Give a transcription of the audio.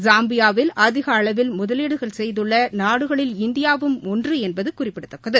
ஸாம்பியாவில் அதிக அளவில் முதவீடு செய்துள்ள நாடுகளில் இந்தியாவும் ஒன்று என்பது குறிப்பிடத்தக்கது